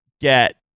get